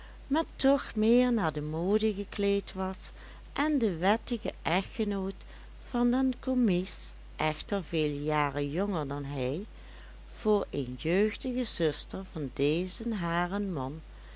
maar toch meer naar de mode gekleed was en de wettige echtgenoot van den commies echter veel jaren jonger dan hij voor een jeugdige zuster van dezen haren man